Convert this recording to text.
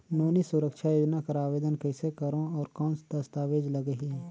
नोनी सुरक्षा योजना कर आवेदन कइसे करो? और कौन दस्तावेज लगही?